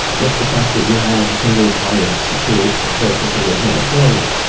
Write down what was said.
just the fact that you have a single device creates, of course, a single point of failure.